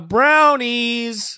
Brownies